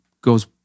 goes